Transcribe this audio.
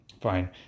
Fine